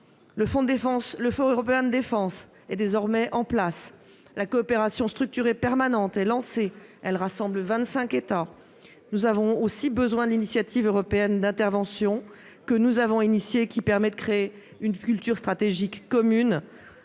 Le fonds européen de la défense est désormais en place. La coopération structurée permanente est lancée ; elle rassemble vingt-cinq États. Nous avons également besoin de l'initiative européenne d'intervention, que nous avons engagée et qui permet de créer une culture stratégique commune